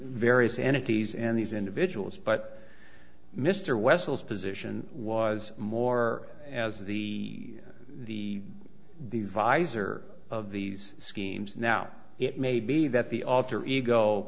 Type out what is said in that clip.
various entities and these individuals but mr wessels position was more as the the divisor of these schemes now it may be that the author ego